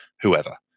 whoever